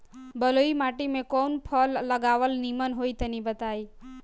बलुई माटी में कउन फल लगावल निमन होई तनि बताई?